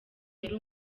yari